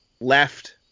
left